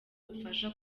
bufasha